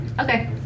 Okay